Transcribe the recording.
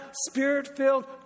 spirit-filled